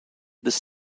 this